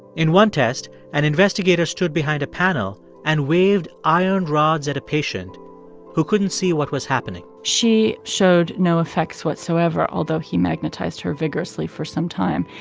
in one test, an investigator stood behind a panel and waved iron rods at a patient who couldn't see what was happening she showed no effects whatsoever, although he magnetized her vigorously for some time.